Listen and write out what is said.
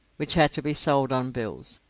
which had to be sold on bills,